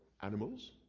animals